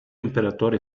imperatore